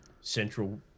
central